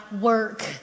work